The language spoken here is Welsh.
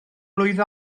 mlwydd